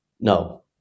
no